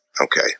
Okay